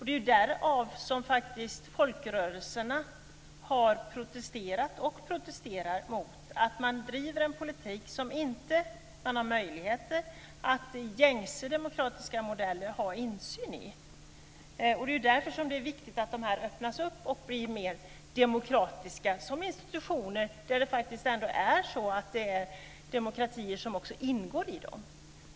Det är därför som folkrörelserna har protesterat och protesterar mot att man driver en politik som det med gängse demokratiska modeller inte är möjligt att ha insyn i. Det är därför som det är viktigt att dessa institutioner öppnas och blir mer demokratiska. Det ingår ju demokratier i dem.